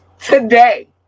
today